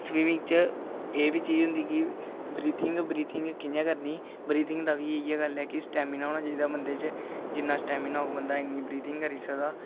swimming च एह् बी चीज होंदी कि ब्रीथिंग ब्रीथिंग कि'यां करनी ब्रीथिंग दा बी इ'यै गल्ल ऐ कि स्टैमिना होना चाहिदा बंदे च जि'न्ना स्टैमिना होग बंदा इ'न्नी ब्रीथिंग करी सकदा